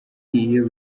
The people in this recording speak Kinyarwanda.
iyo